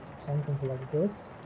something like this